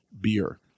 beer